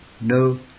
No